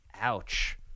Ouch